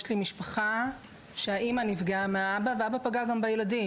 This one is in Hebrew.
יש לי משפחה שהאימא נפגעה מהאבא והאבא פגע גם בילדים,